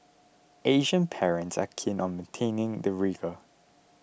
Asian parents are keen on maintaining the rigour